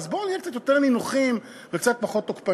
אז בוא נהיה קצת יותר נינוחים וקצת פחות תוקפנים.